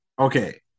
Okay